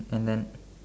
and then